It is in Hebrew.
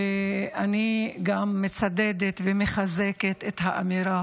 אני גם מצדדת ומחזקת את האמירה